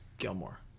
Gilmore